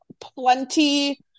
plenty